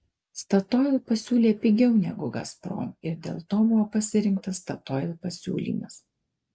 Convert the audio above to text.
statoil pasiūlė pigiau negu gazprom ir dėl to buvo pasirinktas statoil pasiūlymas